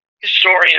Historian